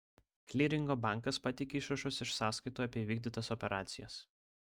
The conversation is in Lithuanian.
kliringo bankas pateikia išrašus iš sąskaitų apie įvykdytas operacijas